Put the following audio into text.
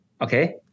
Okay